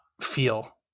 feel